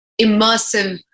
immersive